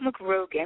McRogan